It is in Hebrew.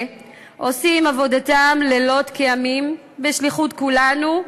עושים עבודתם לילות כימים בשליחות כולנו.